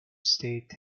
state